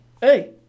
hey